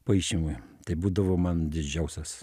paišymui tai būdavo man didžiausias